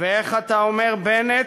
ואיך אתה אומר, בנט,